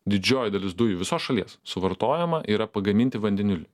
didžioji dalis dujų visos šalies suvartojama yra pagaminti vandeniliui